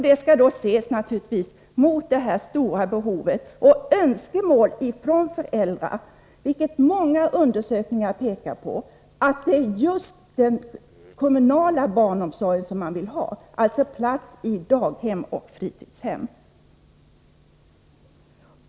Detta skall ses mot de stora behov som finns och med beaktande av önskemålen från föräldrarna. Många undersökningar pekar nämligen på att det är just kommunal barnomsorg man vill ha, dvs. plats i daghem och fritidshem.